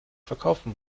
verkaufen